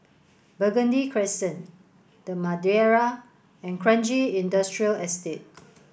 Burgundy Crescent The Madeira and Kranji Industrial Estate